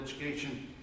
Education